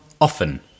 often